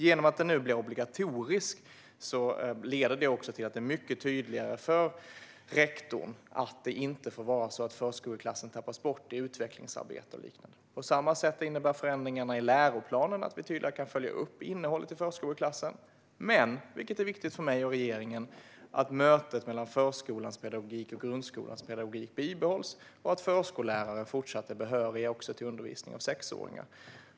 Genom att det nu blir obligatoriskt blir det också mycket tydligare för rektorn att det inte får vara så att förskoleklassen tappas bort i utvecklingsarbete och liknande. På samma sätt innebär förändringarna i läroplanen att vi tydligare kan följa upp innehållet i förskoleklassen men - och detta är viktigt för mig och regeringen - att mötet mellan förskolans pedagogik och grundskolans pedagogik bibehålls och att förskollärare fortsatt är behöriga att undervisa också sexåringar.